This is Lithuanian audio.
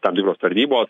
tam tikros tarnybos